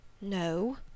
No